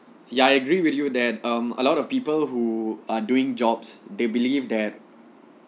ya I agree with you that um a lot of people who are doing jobs they believe that